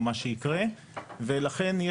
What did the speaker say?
לכן,